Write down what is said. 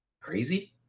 crazy